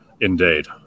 Indeed